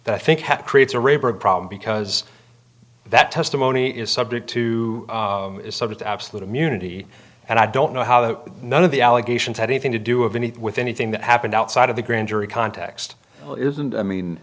that creates a rape or a problem because that testimony is subject to the absolute immunity and i don't know how that none of the allegations had anything to do of anything with anything that happened outside of the grand jury context isn't i mean